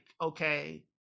okay